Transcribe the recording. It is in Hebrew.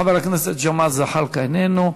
חבר הכנסת ג'מאל זחאלקה, איננו,